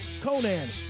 Conan